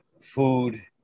food